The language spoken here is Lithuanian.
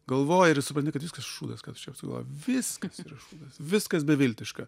galvoji ir supranti kad viskas šūdas ką tu čia sugalvojai viskas yra šūdas viskas beviltiška